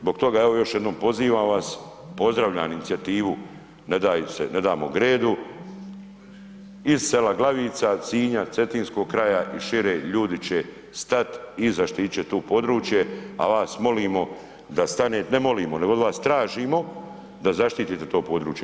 Zbog toga evo, još jednom pozivam vas, pozdravljam inicijativu Ne damo Gredu iz sela Glavica, Sinja, cetinskog kraja i šire, ljudi će stat i zaštititi će to područje, a vas molimo da stanete, ne molimo nego od vas tražimo da zaštitite to područje.